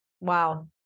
Wow